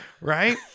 right